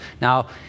now